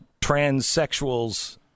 transsexuals